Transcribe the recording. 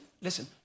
listen